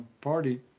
party